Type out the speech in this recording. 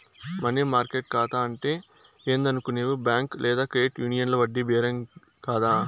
money market కాతా అంటే ఏందనుకునేవు బ్యాంక్ లేదా క్రెడిట్ యూనియన్ల వడ్డీ బేరింగ్ కాతా